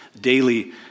daily